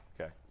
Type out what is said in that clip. Okay